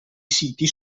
siti